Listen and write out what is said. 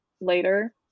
later